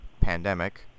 Pandemic